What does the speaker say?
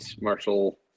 Marshall